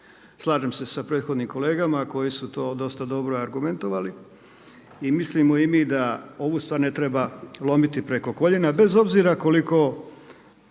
Slažem se sa prethodnim kolegama koji su to dosta dobro argumentirali. I mislimo i mi da ovu stvar ne treba lomiti preko koljena bez obzira koliko